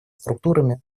структурами